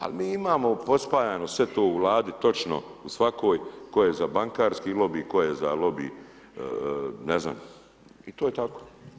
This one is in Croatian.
Ali mi imamo prospajano sve to u vladi, točno u svakoj tko je za bankarski lobij, tko je za lobij ne znam, to je tako.